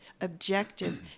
objective